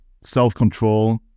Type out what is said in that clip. self-control